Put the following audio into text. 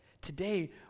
Today